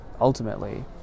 ultimately